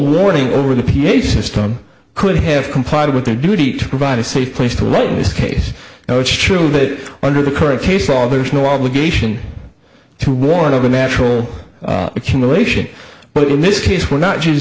warning over the p a system could have complied with their duty to provide a safe place to lay his case now it's true that under the current case all there's no obligation to warn of a natural accumulation but in this case we're not just